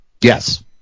Yes